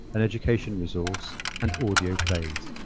an education resource and audio plays.